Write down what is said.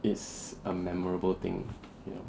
it's a memorable thing you know